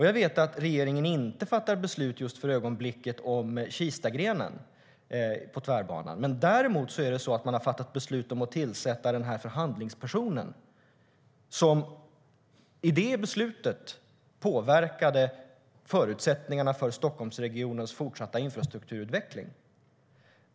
Jag vet att regeringen för ögonblicket inte fattar beslut om Kistagrenen på Tvärbanan, men däremot har man fattat beslut om att tillsätta förhandlingspersonen, och det beslutet påverkade förutsättningarna för Stockholmsregionens fortsatta infrastrukturutveckling.